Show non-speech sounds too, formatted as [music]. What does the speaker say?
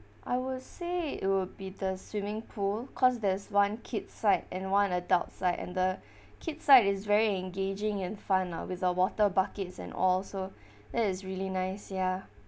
I will say it will be the swimming pool cause there's one kid side and one adult side and the [breath] kid side is very engaging and fun lah with the water buckets and all so that is really nice ya